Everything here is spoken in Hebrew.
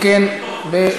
אם כן,